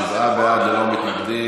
שבעה בעד, ללא מתנגדים.